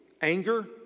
anger